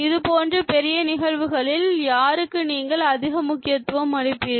இது போன்ற பெரிய நிகழ்வுகளில் யாருக்கு நீங்கள் அதிக முக்கியத்துவம் அளிப்பீர்கள்